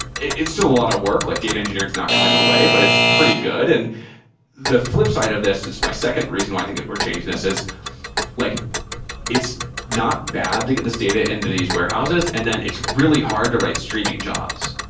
it is still a lot of work. like data engineering is not going away, but it's pretty good. and the flipside of this is my second reason why i think we're changing this, is like it's not bad to get this data into these warehouses, and then it's really hard to write streaming jobs.